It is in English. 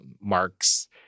Mark's